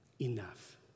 enough